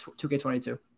2k22